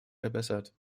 verbessert